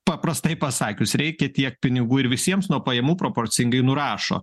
paprastai pasakius reikia tiek pinigų ir visiems nuo pajamų proporcingai nurašo